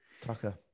Tucker